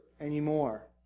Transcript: anymore